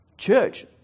Church